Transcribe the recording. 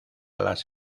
las